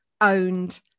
owned